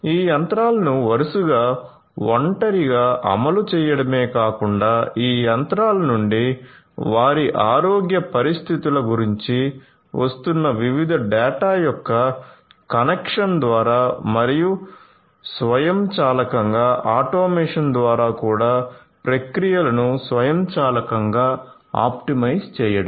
ఈ యంత్రాలను వరుసగా ఒంటరిగా అమలు చేయడమే కాకుండా ఈ యంత్రాల నుండి వారి ఆరోగ్య పరిస్థితుల గురించి వస్తున్న వివిధ డేటా యొక్క కనెక్షన్ ద్వారా మరియు స్వయంచాలకంగా ఆటోమేషన్ ద్వారా కూడా ప్రక్రియలను స్వయంచాలకంగా ఆప్టిమైజ్ చేయడం